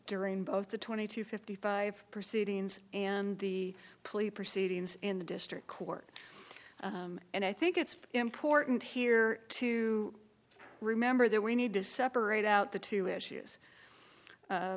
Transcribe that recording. during both the twenty to fifty five proceedings and the police proceedings in the district court and i think it's important here to remember that we need to separate out the two issues